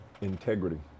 integrity